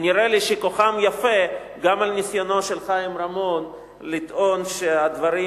נראה לי שכוחם יפה גם על ניסיונו של חיים רמון לטעון שהדברים